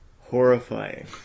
horrifying